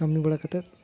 ᱠᱟᱹᱢᱤ ᱵᱟᱲᱟ ᱠᱟᱛᱮᱫ